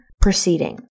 proceeding